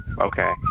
Okay